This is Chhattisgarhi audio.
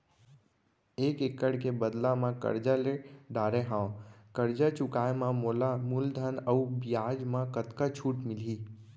एक एक्कड़ के बदला म करजा ले डारे हव, करजा चुकाए म मोला मूलधन अऊ बियाज म कतका छूट मिलही?